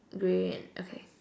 grey and okay